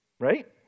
Right